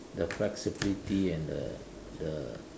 the flexibility and the the